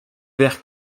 vert